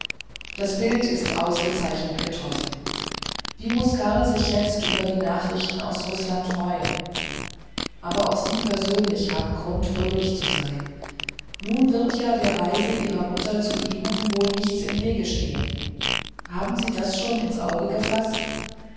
das bild ist ausgezeichnet getroffen wie muß karl sich jetzt über die nachrichten aus rußland freuen aber auch sie persönlich haben grund fröhlich zu sein nun wird ja der reise ihrer mutter zu ihnen wohl nichts im wege stehen haben sie das schon ins auge gefaßt